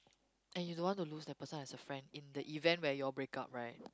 and you don't want to lose that person as a friend in the event where you all break up right